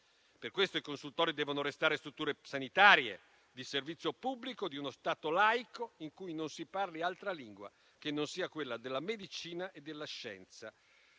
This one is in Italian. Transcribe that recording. Per questo i consultori devono restare strutture sanitarie, di servizio pubblico di uno Stato laico in cui non si parli altra lingua che non sia quella della medicina e della scienza.